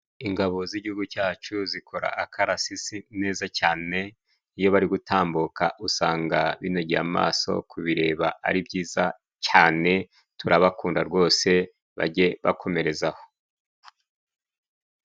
Ingabo z'igihugu cyacu zikora akarasisi neza cyane. Iyo bari gutambuka usanga binogeye amaso kubireba, ari byiza cyane. Turabakunda rwose bajye bakomereza aho.